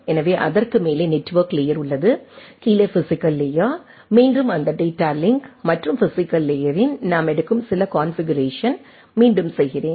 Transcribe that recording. எனவே அதற்கு மேலே நெட்வெர்க் லேயர் உள்ளது கீழே பிஸிக்கல் லேயர் மீண்டும் அந்த டேட்டா லிங்க் மற்றும் பிஸிக்கல் லேயரின் நாம் எடுக்கும் சில கான்ஃபிகுரேஷன் மீண்டும் செய்கிறேன்